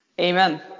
Amen